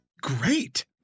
great